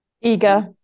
Eager